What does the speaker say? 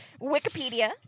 Wikipedia